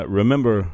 remember